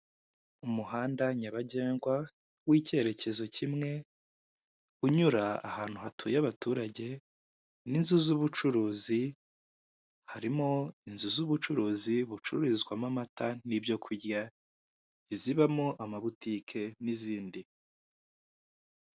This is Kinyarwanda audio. Umuhanda nyabagendwa w'icyerekezo kimwe unyura ahantu hatuye abaturage n'inzu z'ubucuruzi, harimo inzu z'ubucuruzi bucururizwamo amata n'ibyo kurya, izibamo amabutike n'izindi.